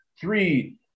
three